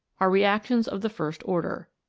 are reactions of the first order.